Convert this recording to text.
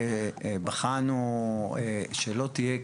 בחנו שלא תהיה,